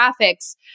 graphics